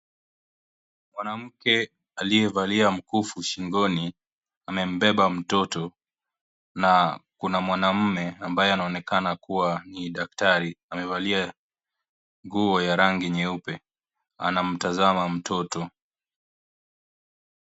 Mwanamke aliyevalia mkufu shingoni amembeba mtoto na kuna mwaname ambaye anaonekana kuwa ni daktari amevalia nguo ya rangi nyeupe anamtazama mtoto.